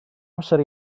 amser